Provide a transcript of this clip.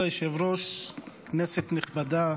כבוד היושב-ראש, כנסת נכבדה,